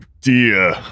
dear